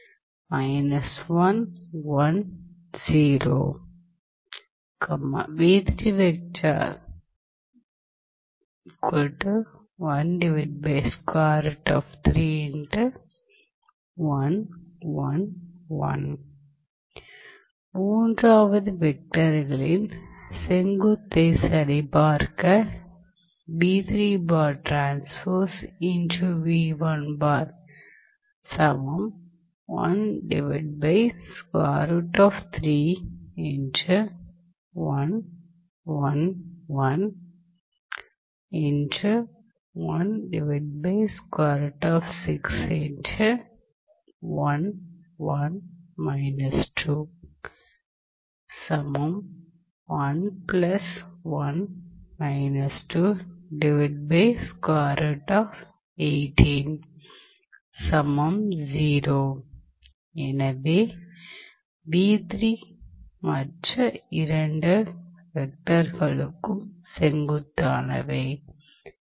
மூன்றாவது வெக்டரின் செங்குத்தைச் சரிபார்க்க எனவே மற்ற இரண்டு வெக்டர்களுக்கும் செங்குத்தானவை ஆகும்